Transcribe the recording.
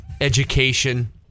education